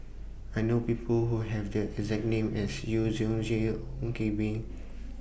I know People Who Have The exact name as Yu Zhu Ong Koh Bee